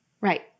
Right